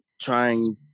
trying